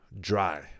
dry